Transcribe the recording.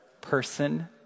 person